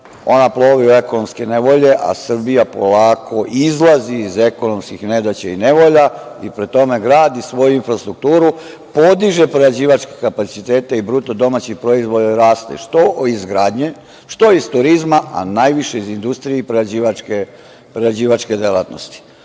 ona plovi u ekonomske nevolje, a Srbija polako izlazi iz ekonomskih nedaća i nevolja i pri tome gradi svoju infrastrukturu, podiže prerađivačke kapacitete i BDP joj raste, što iz izgradnje, što iz turizma, a najviše iz industrije i prerađivačke delatnosti.U